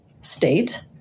state